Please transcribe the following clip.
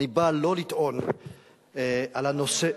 אני בא לא לטעון על הנושא,